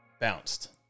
bounced